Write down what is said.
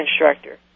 instructor